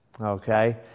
Okay